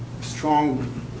strong